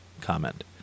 comment